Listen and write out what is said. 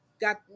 got